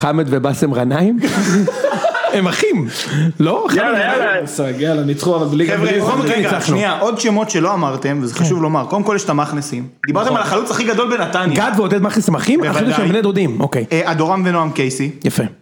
חאמד ובאסם רנאיים, הם אחים, לא חאמד ובאסם רנאיים, יאללה ניצחו בליגה בליגה בליגה, שנייה עוד שמות שלא אמרתם וזה חשוב לומר, קודם כל יש את המכנסים, דיברתם על החלוץ הכי גדול בנתניה, גד ועודד מכנס הם אחים? חשבתי שהם בני דודים, אדורם ונועם קייסי, יפה.